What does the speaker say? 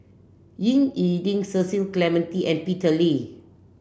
Ying E Ding Cecil Clementi and Peter Lee